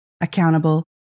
accountable